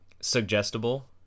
suggestible